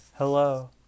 Hello